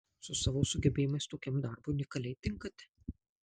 su savo sugebėjimais tokiam darbui unikaliai tinkate